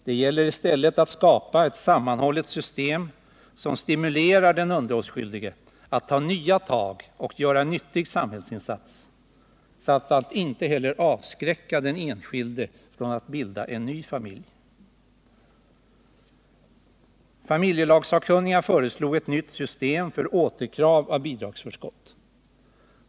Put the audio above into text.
Det gäller i stället att skapa ett sammanhållet system som stimulerar den underhållsskyldige att ta nya tag och göra en nyttig samhällsinsats samt inte avskräcker den enskilde från att bilda en ny familj. Familjelagssakkunniga föreslog ett nytt system för återkrav av bidragsförskott.